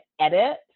edit